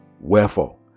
Wherefore